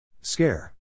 Scare